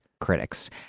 critics